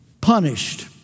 punished